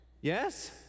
Yes